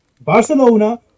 Barcelona